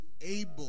able